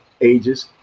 ages